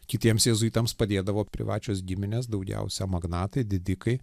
kitiems jėzuitams padėdavo privačios giminės daugiausia magnatai didikai